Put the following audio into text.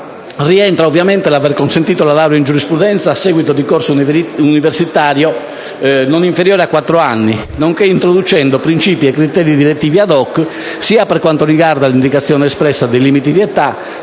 rientra ovviamente l'aver conseguito la laurea in giurisprudenza a seguito di corso universitario di durata non inferiore a quattro anni, nonché introducendo principi e criteri direttivi *ad hoc* sia per quanto riguarda l'indicazione espressa dei limiti di età